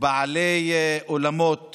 בעלי אולמות